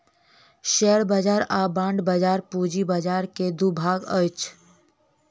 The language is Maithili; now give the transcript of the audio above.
शेयर बाजार आ बांड बाजार पूंजी बाजार के दू भाग अछि